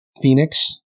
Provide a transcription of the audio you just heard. Phoenix